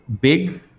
big